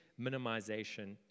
minimization